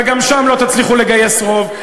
וגם שם לא תצליחו לגייס רוב.